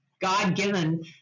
god-given